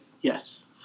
Yes